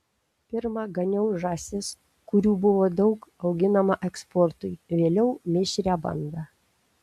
pirma ganiau žąsis kurių buvo daug auginama eksportui vėliau mišrią bandą